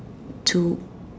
to